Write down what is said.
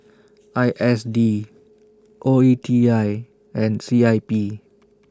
I S D O E T I and C I P